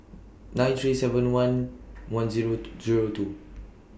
nine three seven one one Zero Zero two